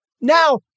now